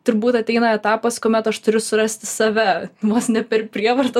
turbūt ateina etapas kuomet aš turiu surasti save vos ne per prievartą